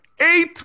eight